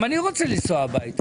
גם אני רוצה לנסוע הביתה.